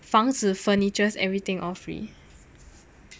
房子 furnitures everything all free